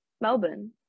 Melbourne